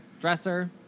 dresser